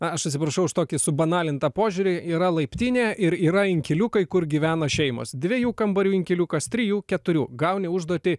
aš atsiprašau už tokį subanalintą požiūrį yra laiptinė ir yra inkiliukai kur gyvena šeimos dviejų kambarių inkiliukas trijų keturių gauni užduotį